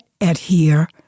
adhere